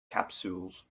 capsules